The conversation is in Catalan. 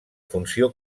funció